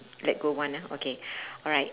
let go one ah okay alright